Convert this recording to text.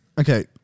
okay